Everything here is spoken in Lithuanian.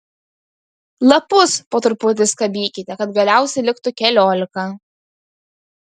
lapus po truputį skabykite kad galiausiai liktų keliolika